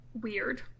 weird